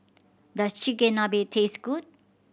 does Chigenabe taste good